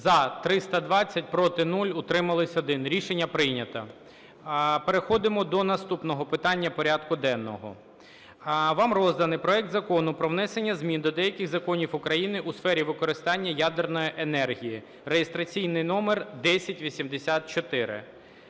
За-320 Проти – 0, утрималися – 1. Рішення прийнято. Переходимо до наступного питання порядку денного. Вам розданий проект Закону про внесення змін до деяких законів України у сфері використання ядерної енергії (реєстраційний номер 1084).